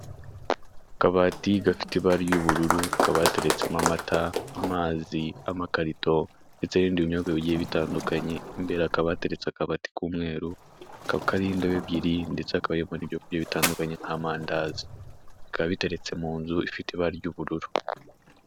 Akabati gafite ibara ry'ubururu, hakaba hateretsemo amata, amazi, amakarito ndetse n'ibindi binyobwa bigiye bitandukanye. Imbere hakaba hateretse akabati k'umweru, kakaba kariho indobo ebyiri ndetse hakaba harimo n'ibyo kurya bitandukanye nk'amandazi bikaba biteretse mu nzu ifite ibara ry'ubururu.